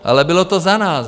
Ale bylo to za nás.